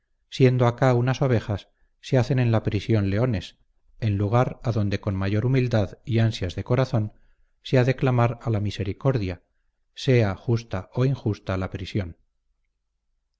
siendo acá unas ovejas se hacen en la prisión leones en lugar a donde con mayor humildad y ansias de corazón se ha de clamar a la misericordia sea justa o injusta la prisión